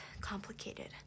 complicated